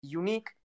unique